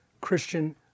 Christian